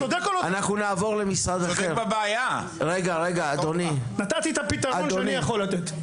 אנחנו נעבור למשרד אחר --- נתתי את הפתרון שאני יכול לתת.